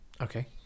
Okay